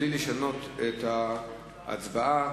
בלי לשנות את תוצאות ההצבעה.